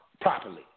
properly